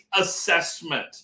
assessment